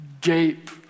gape